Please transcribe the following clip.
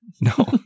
No